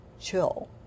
chill